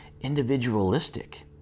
individualistic